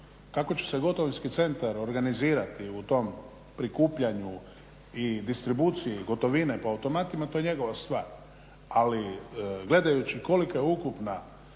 kako će se gotovinski centar organizirati u tom prikupljanju i distribuciji gotovine po automatima to je njegova stvar ali gledajući kolika je ukupna